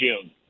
June